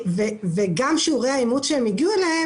גם שיעורי האימוץ שהן הגיעו אליהם,